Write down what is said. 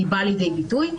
באה לידי ביטוי.